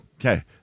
Okay